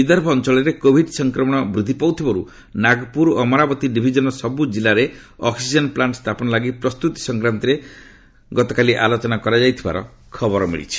ବିଦର୍ଭ ଅଞ୍ଚଳରେ କୋଭିଡ ସଂକ୍ରମଣ ବୃଦ୍ଧି ପାଉଥିବାରୁ ନାଗପୁର ଓ ଅମରାବତୀ ଡିଜିକନର ସବୁ ଜିଲ୍ଲାରେ ଅକ୍ସିଜେନ ପ୍ଲାଣ୍ଟ ସ୍ଥାପନ ଲାଗି ପ୍ରସ୍ତୁତି ସଂକ୍ରାନ୍ତରେ ଆଲୋଚନା କରାଯାଇଥିବା ଖବର ମିଳିଛି